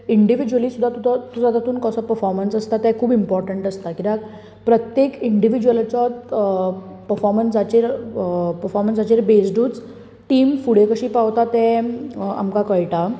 individually सुद्दां तूं तो तुजो तातून कसो पफाॅर्मंस आसता तें खूब इंपाॅर्टंट आसता किद्याक प्रत्येक इंडिव्यूजलाचो पफाॅर्मंसाचेर पफाॅर्मंसाचेर बेजडूच टिम फुडें कशी पावता तें आमकां कळटा